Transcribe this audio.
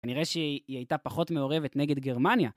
אני רואה שהיא הייתה פחות מעורבת נגד גרמניה.